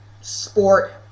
sport